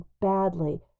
badly